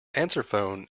answerphone